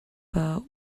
but